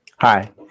Hi